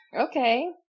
okay